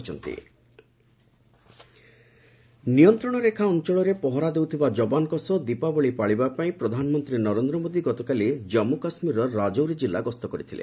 PM Diwali LOC ନିୟନ୍ତ୍ରଣ ରେଖା ଅଞ୍ଚଳରେ ପହରା ଦେଉଥିବା ଯବାନଙ୍କ ସହ ଦୀପାବଳି ପାଳିବାପାଇଁ ପ୍ରଧାନମନ୍ତ୍ରୀ ନରେନ୍ଦ୍ର ମୋଦି ଗତକାଲି ଜନ୍ମୁ କାଶ୍ମୀରର ରାଜୌରୀ ଜିଲ୍ଲା ଗସ୍ତ କରିଥିଲେ